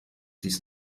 dies